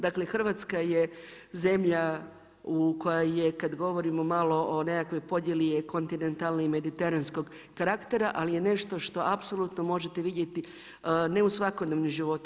Dakle, Hrvatska je zemlja koja je kad govorimo malo o nekakvoj podjeli je kontinentalna i mediteranskog karaktera, ali je nešto što apsolutno možete vidjeti ne u svakodnevnom životu.